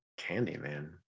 Candyman